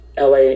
LA